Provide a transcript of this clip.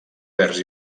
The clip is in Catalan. verds